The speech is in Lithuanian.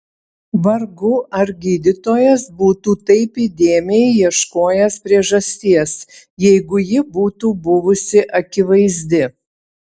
vargu ar gydytojas būtų taip įdėmiai ieškojęs priežasties jeigu ji būtų buvusi akivaizdi